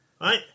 Right